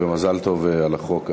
ומזל טוב על החוק הראשון.